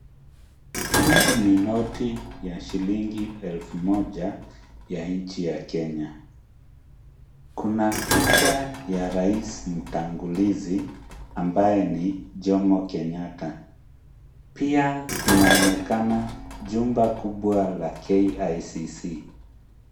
Hii ni noti ya shilingi elfu moja ya nchi ya Kenya. Kuna picha ya rais mtangulizi ambaye ni Jomo Kenyatta. Pia kunaonekana jumba kubwa la KICC.